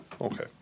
Okay